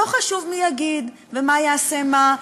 לא חשוב מי יגיד ומה יעשה מה,